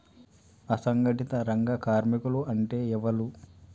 అసంఘటిత రంగ కార్మికులు అంటే ఎవలూ?